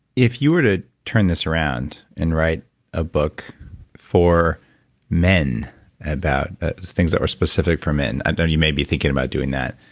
if you were to turn this around and write a book for men about those things that were specific for men, and you may be thinking about doing that,